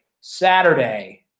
Saturday